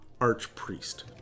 Archpriest